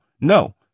No